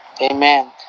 Amen